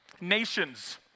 nations